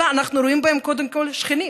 אלא אנחנו רואים בהן קודם כול שכנות.